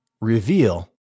Reveal